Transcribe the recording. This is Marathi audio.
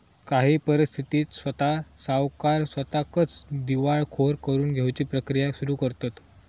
काही परिस्थितीत स्वता सावकार स्वताकच दिवाळखोर करून घेउची प्रक्रिया सुरू करतंत